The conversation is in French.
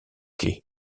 quai